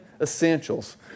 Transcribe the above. essentials